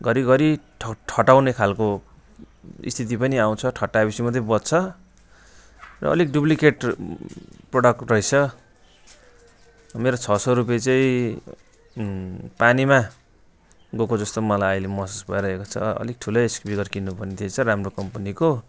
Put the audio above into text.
घरि घरि ठ ठटाउने खालको स्थिति पनि आउँछ ठट्टाएपछि मात्रै बज्छ र अलिक डुप्लिकेट प्रडक्ट रहेछ मेरो छ सय रुपियाँ चाहिँ पानीमा गएको जस्तो मलाई अहिले महसुस भइरहेको छ अलिक ठुलै स्पिकर किन्नु पर्ने थिएछ राम्रो कम्पनीको